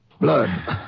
Blood